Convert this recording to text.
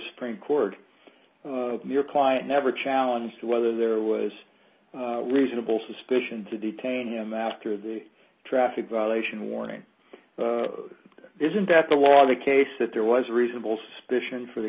supreme court your client never challenge to whether there was d reasonable suspicion to detain him after the traffic violation warning isn't that the was the case that there was a reasonable suspicion for the